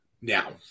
Now